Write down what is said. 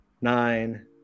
nine